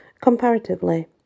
Comparatively